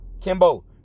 Kimbo